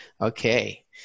Okay